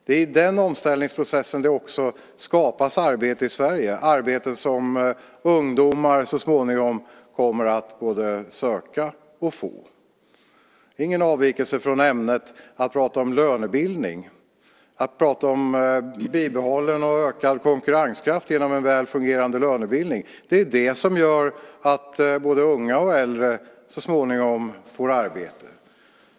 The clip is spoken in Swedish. Det är i den omställningsprocessen det också skapas arbeten i Sverige, arbeten som ungdomar så småningom kommer att både söka och få. Det är ingen avvikelse från ämnet att prata om lönebildning, att prata om bibehållen och ökad konkurrenskraft genom en väl fungerande lönebildning. Det är det som gör att både unga och äldre så småningom får arbete.